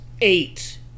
Eight